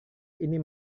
ini